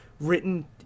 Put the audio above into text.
written